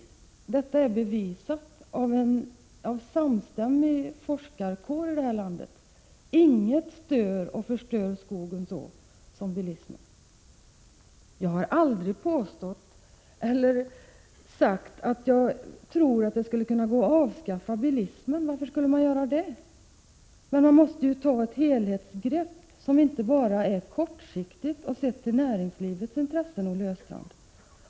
Det är bevisat av en samstämmig forskarkår i vårt land att ingenting stör och förstör skogen så mycket som bilismen. Jag har aldrig sagt att jag tror att man skulle kunna avskaffa bilismen. Varför skulle man göra det? Men man måste ta ett helhetsgrepp, som inte bara kortsiktigt tillgodoser näringslivets intressen, Olle Östrand.